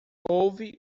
houve